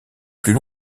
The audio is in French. plus